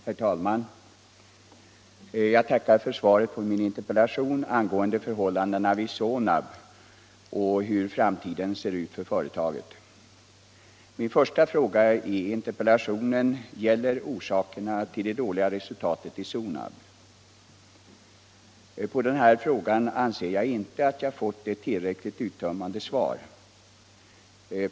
Herr talman! Jag tackar för svaret på min interpellation om förhållandena vid Sonab och om hur framtiden ser ut för företaget. Min första fråga i interpellationen gällde orsakerna till det dåliga resultatet vid Sonab, och på den frågan anser jag mig inte ha fått ett tillräckligt uttömmande svar.